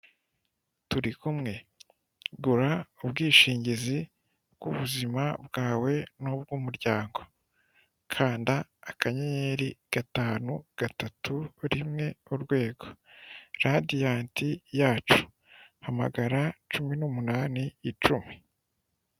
Turi kumwe gu ubwishingizi bw'ubuzima bwawe n'ubw'ubwryango kanda akanyenyeri gatanu gatatu rimwe urwego Radiyanti yacu hamagara cumi n'umunani icumi.